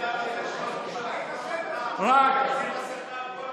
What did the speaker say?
שים מסכה על כל הפנים,